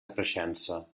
creixença